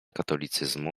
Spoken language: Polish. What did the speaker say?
katolicyzmu